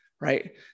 right